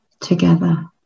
together